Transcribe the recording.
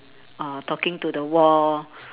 uh talking to the wall